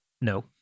No